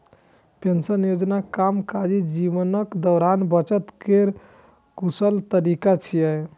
pension योजना कामकाजी जीवनक दौरान बचत केर कर कुशल तरीका छियै